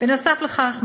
נוסף על כך,